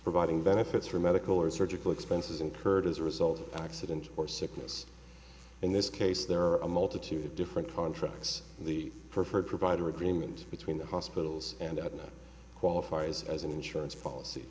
providing benefits for medical or surgical expenses incurred as a result of accident or sickness in this case there are a multitude of different contracts the preferred provider agreement between the hospitals and qualifies as an insurance policy